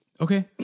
Okay